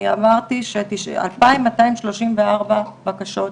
אני אמרתי ש-2,234 בקשות,